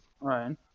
Right